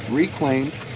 reclaimed